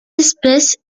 espèce